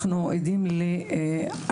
אנחנו עדים לעשרות,